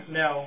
no